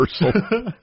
universal